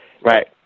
Right